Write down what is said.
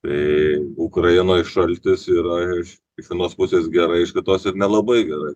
tai ukrainoj šaltis yra iš iš vienos pusės gerai iš kitos ir nelabai gerai